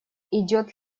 идет